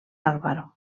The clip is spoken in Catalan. álvaro